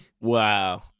Wow